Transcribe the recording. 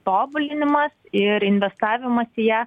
tobulinimas ir investavimas į ją